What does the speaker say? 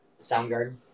Soundgarden